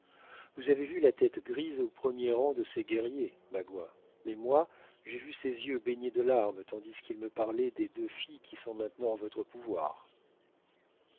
vous avez vu la tête grise au premier rang de ses guerriers magua mais moi j'ai vu ses yeux baignés de larmes tandis qu'il me parlait des deux filles qui sont maintenant en votre pouvoir